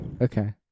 Okay